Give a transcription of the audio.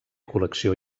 col·lecció